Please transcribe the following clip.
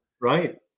right